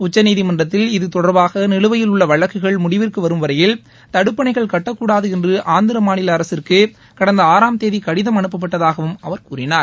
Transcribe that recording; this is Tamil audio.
உச்சநீதிமன்றத்தில் இதுதொடர்பாக நிலுவையில் உள்ள வழக்குகள் முடிவிற்கு வரும் வரையில் தடுப்பணைகள் கட்டக்கூடாது என்று ஆந்திர மாநில அரசிற்கு கடந்த அனுப்பப்பட்டதாகவும் அவர் கூறினார்